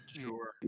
Sure